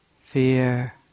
fear